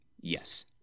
Yes